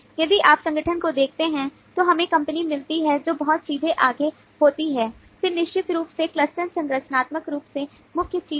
यदि आप संगठन को देखते हैं तो हमें कंपनी मिलती है जो बहुत सीधे आगे होती है फिर निश्चित रूप से क्लस्टर संरचनात्मक रूप से मुख्य चीज है